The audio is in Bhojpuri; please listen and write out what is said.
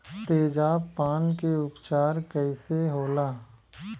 तेजाब पान के उपचार कईसे होला?